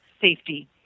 safety